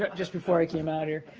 just before i came out here.